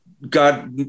God